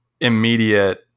immediate